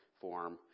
form